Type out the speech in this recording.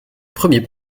premier